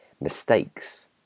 mistakes